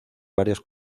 varias